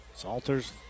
Salters